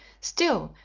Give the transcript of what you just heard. still,